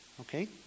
Okay